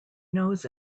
knows